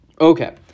Okay